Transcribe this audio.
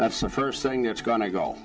that's the first thing that's going to go